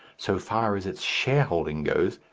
so far as its shareholding goes,